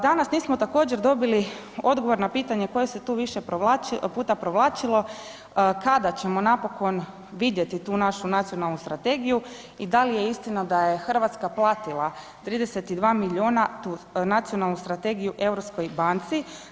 Danas nismo također dobili odgovor na pitanje koje se tu više puta provlačilo, kada ćemo napokon vidjeti tu našu nacionalnu strategiju i da li je istina da je Hrvatska platila 32 miliona tu nacionalnu strategiju Europskoj banci.